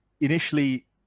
initially